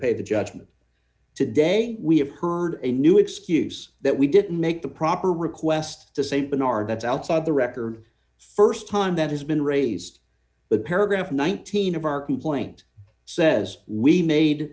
pay the judgment today we have heard a new excuse that we didn't make the proper request to st bernard that's outside the record st time that has been raised but paragraph nineteen of our complaint says we made